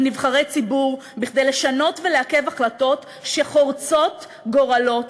נבחרי ציבור כדי לשנות ולעכב החלטות שחורצות גורלות,